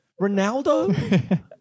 Ronaldo